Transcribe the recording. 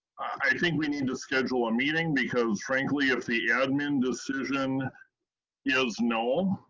i think we need to schedule a meeting, because frankly if the admin decision is no,